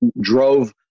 drove